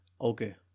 Okay